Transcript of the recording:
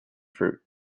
fruit